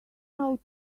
out